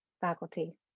faculty